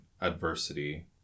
adversity